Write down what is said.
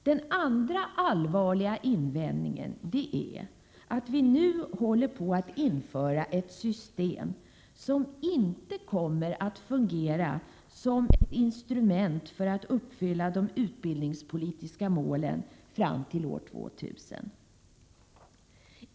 Den andra allvarliga invändningen är att vi nu håller på att införa ett system som inte kommer att fungera som ett instrument när det gäller att förverkliga de utbildningspolitiska målen fram till år 2000.